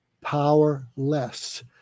powerless